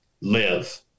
live